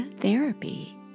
therapy